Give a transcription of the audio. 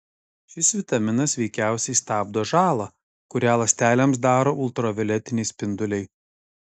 šis vitaminas veikiausiai stabdo žalą kurią ląstelėms daro ultravioletiniai spinduliai